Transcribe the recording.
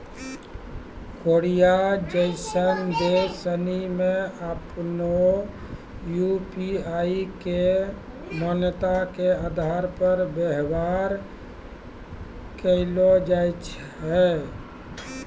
Korea जैसन देश सनि मे आपनो यू.पी.आई के मान्यता के आधार पर व्यवहार कैलो जाय छै